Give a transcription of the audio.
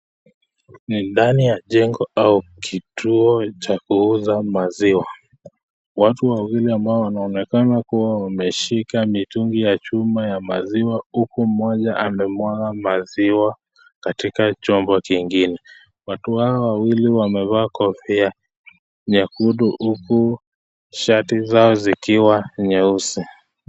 Ni ndani ya jengo au kituo cha kuuza maziwa. Watu wawili ambao wanaonekana kuwa wameshika mitungi ya chuma ya maziwa, huku mmoja amemwaga maziwa katika chombo kingine. Watu hawa wawili wamevaa kofia nyekundu huku shati zao zikiwa nyeusi.